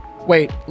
wait